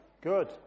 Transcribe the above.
Good